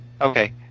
okay